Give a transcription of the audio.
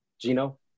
Gino